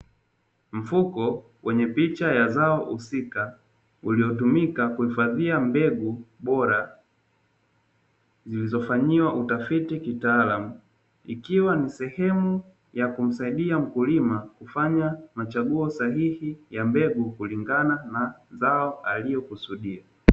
Mfuko wenye picha ya zao husika uliotumika kuhifadhia mbegu bora zilizofanyiwa utafiti kitaalamu, ikiwa ni sehemu ya kumsaidia mkulima kufanya machaguo sahihi ya mbegu kulingana na zao alilokusudia.